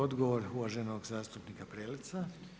Odgovor uvaženog zastupnika Preleca.